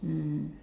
mmhmm